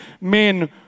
men